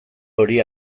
hori